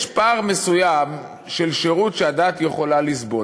יש פער מסוים של שירות שהדעת יכולה לסבול.